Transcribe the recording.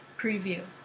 preview